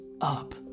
up